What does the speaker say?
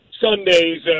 Sunday's